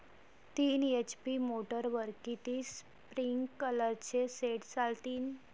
तीन एच.पी मोटरवर किती स्प्रिंकलरचे सेट चालतीन?